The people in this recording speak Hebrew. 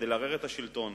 כדי לערער את השלטון